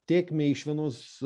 tėkmę iš vienos